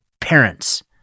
parents